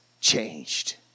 changed